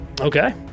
Okay